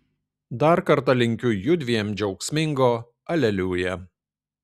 dar kartą linkiu judviem džiaugsmingo aleliuja